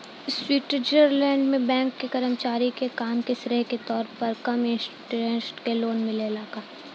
Switzerland में bank के कर्मचारी के काम के श्रेय के तौर पर कम इंटरेस्ट पर लोन मिलेला का?